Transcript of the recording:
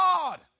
God